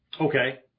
Okay